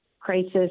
Crisis